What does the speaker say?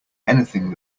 anything